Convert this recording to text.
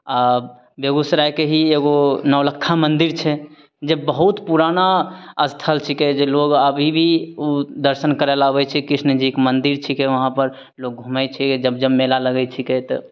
आओर बेगूसरायके ही एगो नौलक्खा मन्दिर छै जे बहुत पुराना स्थल छीकै जे लोग अभी भी उ दर्शन करय लए आबय छै कृष्ण जीके मन्दिर छीकै वहाँपर लोग घूमय छै जब जब मेला लगय छीकै तऽ